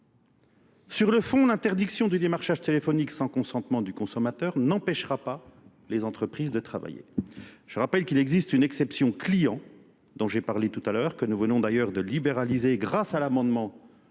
Sur le fond, l'interdiction du démarchage téléphonique sans consentement du consommateur n'empêchera pas les entreprises de travailler. Je rappelle qu'il existe une exception client, dont j'ai parlé tout à l'heure, que nous venons d'ailleurs de libéraliser grâce à l'amendement